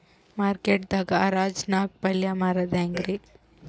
Market ದಾಗ್ ಹರಾಜ್ ನಾಗ್ ಪಲ್ಯ ಮಾರುದು ಹ್ಯಾಂಗ್ ರಿ?